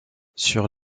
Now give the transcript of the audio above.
sur